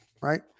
right